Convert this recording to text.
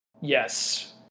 Yes